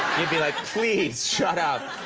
you'd be like please, shut up.